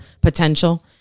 potential